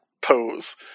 pose